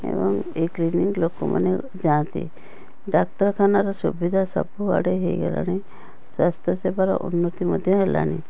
ଏବଂ ଏହି କ୍ଲିନିଙ୍ଗ ଲୋକମାନେ ଯାଆନ୍ତି ଡାକ୍ତରଖାନାର ସୁବିଧା ସବୁଆଡ଼େ ହେଇଗଲାଣି ସ୍ୱାସ୍ଥ୍ୟସେବାର ଉନ୍ନତି ମଧ୍ୟ ହେଲାଣି